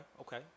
okay